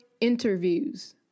Interviews